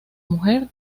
mujer